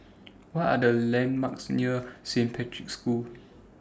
What Are The landmarks near Saint Patrick's School